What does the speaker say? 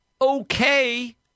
okay